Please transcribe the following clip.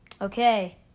Okay